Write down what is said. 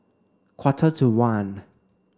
quarter to one